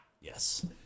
Yes